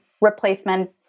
replacement